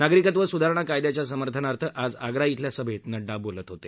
नागरिकत्व सुधारणा कायदयाच्या समर्थनात आज आगरा इथल्या सभैत नड्डा बोलत होते